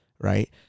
right